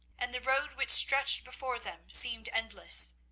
and the road which stretched before them seemed endless,